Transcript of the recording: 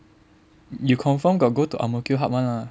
you confirm got go to Ang Mo Kio hub [one] lah